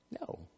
No